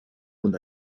und